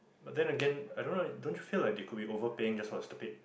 but then Again I don't know don't feel like did could we overpaint just was stupid